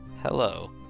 hello